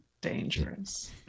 dangerous